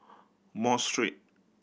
Mosque Street